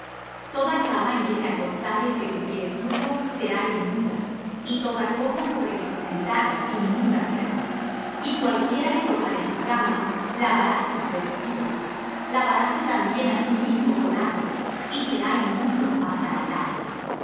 toda cama en que se acostare el que tuviere flujo será inmunda y toda cosa sobre que se sentare inmunda será y cualquiera que tocare á su cama lavará sus vestidos lavaráse también á sí mismo con agua y será inmundo hasta la tarde